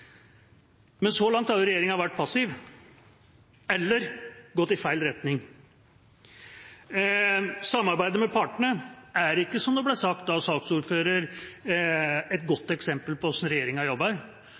men så langt har regjeringa vært passiv eller gått i feil retning. Samarbeidet med partene er ikke, som det ble sagt av saksordføreren, et